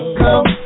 come